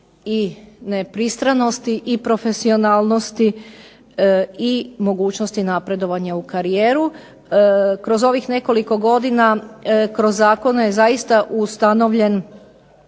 i nepristranosti i profesionalnosti i mogućnosti napredovanja u karijeri. Kroz ovih nekoliko godina kroz zakone je zaista ustanovljen